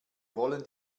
wollen